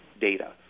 data